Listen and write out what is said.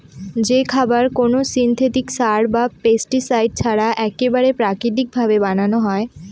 যে খাবার কোনো সিনথেটিক সার বা পেস্টিসাইড ছাড়া এক্কেবারে প্রাকৃতিক ভাবে বানানো হয়